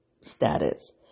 status